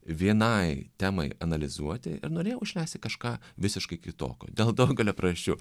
vienai temai analizuoti ir norėjau išleisti kažką visiškai kitokio dėl daugelio prieasčių